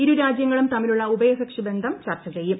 ഇരു രാജ്യങ്ങളും തമ്മിലുള്ള ഉഭയകക്ഷി ബന്ധം ചർച്ച ചെയ്യും